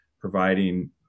providing